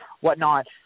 whatnot